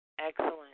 Excellent